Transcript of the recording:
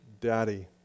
daddy